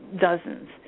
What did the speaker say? dozens